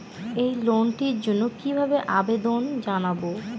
এই লোনটির জন্য কিভাবে আবেদন জানাবো?